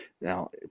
Now